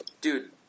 Dude